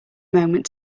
moment